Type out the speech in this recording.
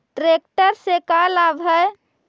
Tractor से का लाभ है?